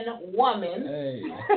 woman